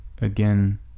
again